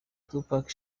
tupac